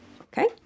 Okay